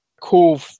cool